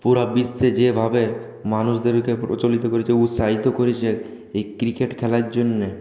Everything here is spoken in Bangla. পুরো বিশ্বে যেভাবে মানুষদেরকে প্রচলিত করেছে উৎসাহিত করেছে এই ক্রিকেট খেলার জন্য